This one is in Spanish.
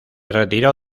retiró